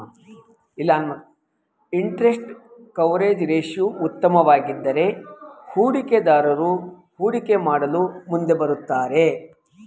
interest coverage ratio ಉತ್ತಮವಾಗಿದ್ದರೆ ಹೂಡಿಕೆದಾರರು ಹೂಡಿಕೆ ಮಾಡಲು ಮುಂದೆ ಬರುತ್ತಾರೆ